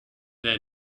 their